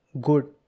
good